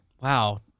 Wow